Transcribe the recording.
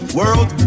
world